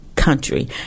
country